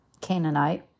Canaanite